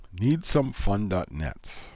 needsomefun.net